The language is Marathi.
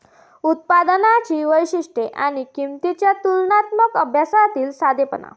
उत्पादनांची वैशिष्ट्ये आणि किंमतींच्या तुलनात्मक अभ्यासातील साधेपणा